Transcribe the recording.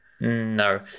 No